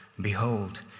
Behold